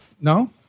No